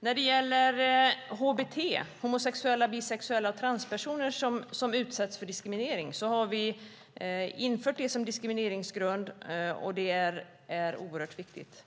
ytterligare. Hbt-personer - homosexuella, bisexuella och transpersoner - kan utsättas för diskriminering. Vi har infört sexuell läggning som diskrimineringsgrund, vilket är oerhört viktigt.